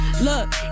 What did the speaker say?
Look